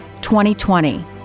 2020